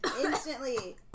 Instantly